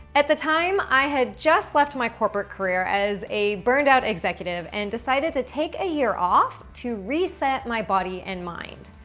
at the time, i had just left my corporate career as a burnt out executive and decided to take a year off to reset my body and mind.